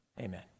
Amen